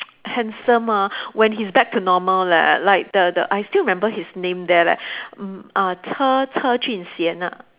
handsome ah when he's back to normal leh like the the I still remember his name there leh mm uh Che Che Jun Xian ah